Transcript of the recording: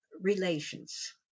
relations